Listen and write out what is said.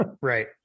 right